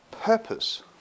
purpose